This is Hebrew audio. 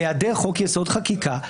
בהיעדר חוק-יסוד: חקיקה,